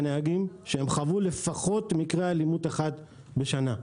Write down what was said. הנהגים שהם חוו לפחות מקרה אלימות אחד בשנה.